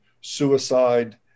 suicide